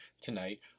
tonight